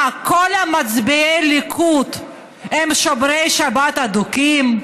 מה, כל מצביעי הליכוד הם שומרי שבת אדוקים?